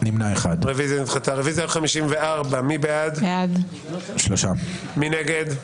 הצבעה בעד, 4 נגד,